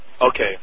Okay